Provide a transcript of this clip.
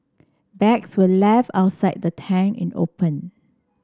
bags were left outside the tent in open